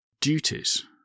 duties